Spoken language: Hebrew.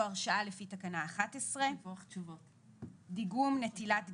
הרשאה לפי תקנה 11; "דיגום" נטילת דגימות,